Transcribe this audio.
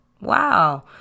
wow